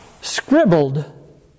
scribbled